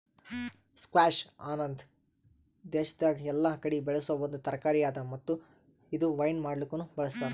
squash ಅನದ್ ವಿಶ್ವದಾಗ್ ಎಲ್ಲಾ ಕಡಿ ಬೆಳಸೋ ಒಂದ್ ತರಕಾರಿ ಅದಾ ಮತ್ತ ಇದು ವೈನ್ ಮಾಡ್ಲುಕನು ಬಳ್ಸತಾರ್